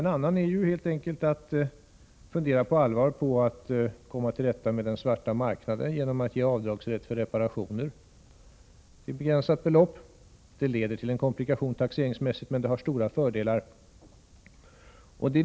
En annan väg är helt enkelt att på allvar försöka komma till rätta med den svarta marknaden genom att bevilja avdragsrätt för reparationer, till ett begränsat belopp. Ett sådant system leder till komplikationer taxeringsmässigt, men det har också stora fördelar.